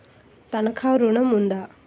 తనఖా ఋణం ఉందా?